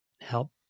help